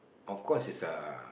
of course is